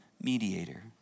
mediator